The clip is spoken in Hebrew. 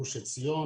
גוש עציון,